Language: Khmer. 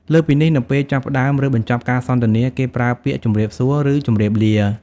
លើសពីនេះ នៅពេលចាប់ផ្ដើមឬបញ្ចប់ការសន្ទនា គេប្រើពាក្យ "ជម្រាបសួរ" ឬ "ជម្រាបលា"។